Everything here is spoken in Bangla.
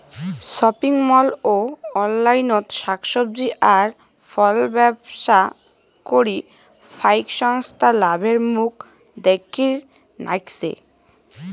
শপিং মল ও অনলাইনত শাক সবজি আর ফলব্যবসা করি ফাইক সংস্থা লাভের মুখ দ্যাখির নাইগচে